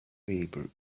paper